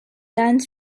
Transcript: learned